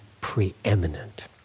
preeminent